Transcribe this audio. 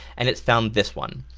and its found this one.